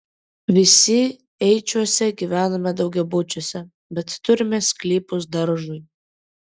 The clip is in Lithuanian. visi eičiuose gyvename daugiabučiuose bet turime sklypus daržui